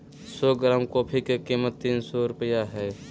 सो gram coffee के कीमत तीन सो रुपया हइ